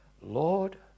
Lord